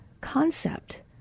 concept